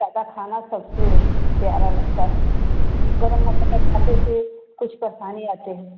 सादा खाना सबसे प्यारा लगता है गर्म मसाला खाते थे कुछ परशाती आते हैं